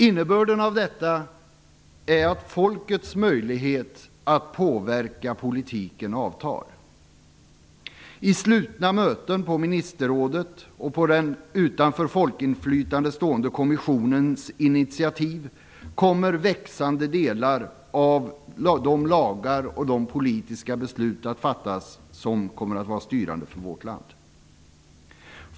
Innebörden av detta är att folkets möjlighet att påverka politiken avtar. I slutna möten i ministerrådet och på den utanför folkinflytande stående kommissionens initiativ kommer växande delar av de lagar och beslut som kommer att vara styrande för vårt land att antas.